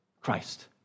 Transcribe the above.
Christ